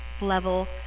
level